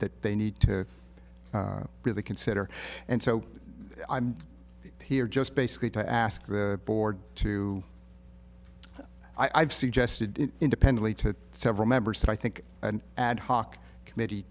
that they need to really consider and so i'm here just basically to ask the board to i've suggested independently to several members that i think an ad hoc committee